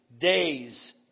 Days